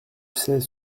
sais